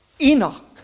Enoch